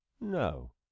No